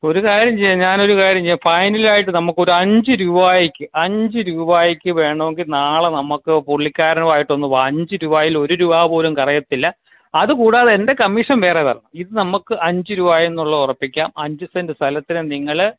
ഒരു കാര്യം ചെയ്യാം ഞാനൊരു കാര്യം ചെയ്യാം ഫൈനലായിട്ട് നമുക്കൊരു അഞ്ച് രൂപയ്ക്ക് അഞ്ചു രൂപയ്ക്ക് വേണമെങ്കിൽ നാളെ നമുക്ക് പുള്ളിക്കാരനുമായിട്ടൊന്ന് അഞ്ച് രൂപയിൽ ഒരു രൂപ പോലും കളയത്തില്ല അതു കൂടാതെ എൻ്റെ കമ്മീഷൻ വേറെ തരണം ഇതു നമുക്ക് അഞ്ച് രൂപയെന്നുള്ളത് ഉറപ്പിക്കാം അഞ്ച് സെൻറ്റ് സ്ഥലത്തിനു നിങ്ങൾ